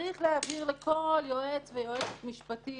צריך להגדיר לכל יועץ ויועצת משפטית,